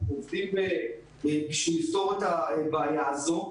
אלא עובדים כדי לפתור את הבעיה הזאת.